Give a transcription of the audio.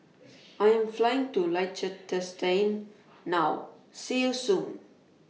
I Am Flying to Liechtenstein now See YOU Soon